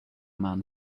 man